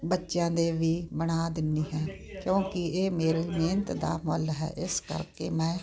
ਬੱਚਿਆਂ ਨੇ ਵੀ ਬਣਾ ਦੇਣੀ ਹੈ ਕਿਉਂਕਿ ਇਹ ਮੇਰੀ ਮਿਹਨਤ ਦਾ ਫਲ ਹੈ ਇਸ ਕਰਕੇ ਮੈਂ